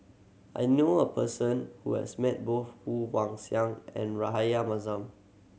I know a person who has met both Woon Wah Siang and Rahayu Mahzam